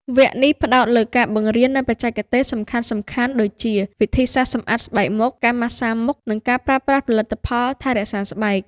វគ្គនេះផ្តោតលើការបង្រៀននូវបច្ចេកទេសសំខាន់ៗដូចជា វិធីសាស្ត្រសម្អាតស្បែកមុខ ការម៉ាស្សាមុខ និងការប្រើប្រាស់ផលិតផលថែរក្សាស្បែក។